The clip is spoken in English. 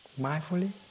mindfully